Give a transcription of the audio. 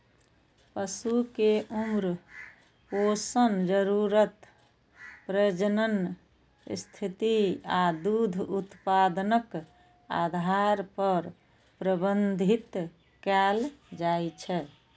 पशु कें उम्र, पोषण जरूरत, प्रजनन स्थिति आ दूध उत्पादनक आधार पर प्रबंधित कैल जाइ छै